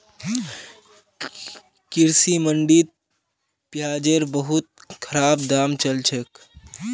कृषि मंडीत प्याजेर बहुत खराब दाम चल छेक